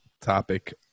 topic